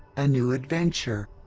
a new adventure.